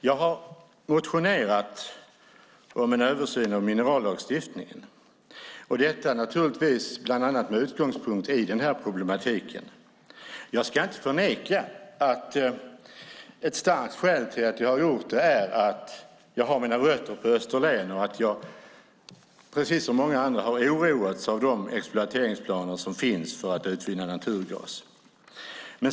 Jag har motionerat om en översyn av minerallagstiftningen, bland annat med utgångspunkt i den problematik vi nu diskuterar. Jag ska inte förneka att ett starkt skäl till att jag har gjort det är att jag har mina rötter på Österlen och att jag precis som många andra har oroats av de exploateringsplaner som finns för att utvinna naturgas.